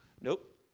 Nope